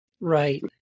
Right